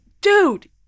Dude